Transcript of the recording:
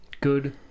good